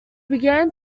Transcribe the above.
began